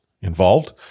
involved